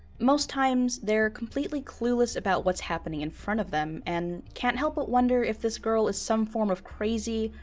most times they're completely clueless about what's happening in front of them and can't help but wonder if this girl is some form of crazy,